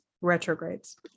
Retrogrades